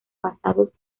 basados